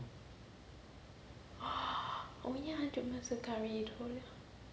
oh ya dude monster curry do~